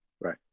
right